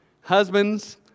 Husbands